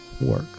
work